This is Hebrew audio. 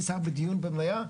יזהר בדיון במליאה,